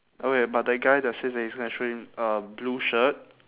oh wait but the guy that says that he's gonna shoot him uh blue shirt